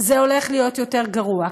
זה הולך להיות יותר גרוע.